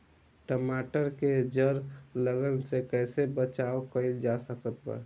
टमाटर के जड़ गलन से कैसे बचाव कइल जा सकत बा?